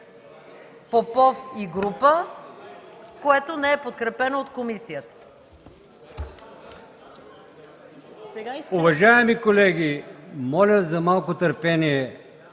Попов и група, което не е подкрепено от комисията.